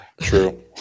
true